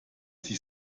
sich